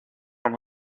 noch